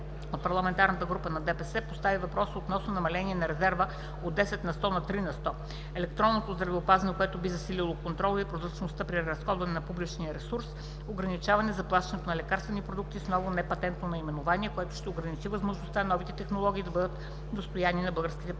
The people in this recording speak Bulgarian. Джафер (от ПГ на ДПС) постави въпроси относно намалението на резерва от 10 на сто на 3 на сто; електронното здравеопазване – което би засилило контрола и прозрачността при разходването на публичния ресурс; ограничаване заплащането за лекарствени продукти с ново непатентно наименование – което ще ограничи възможността новите технологии да бъдат достояние на българските пациенти.